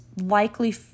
likely